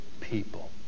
people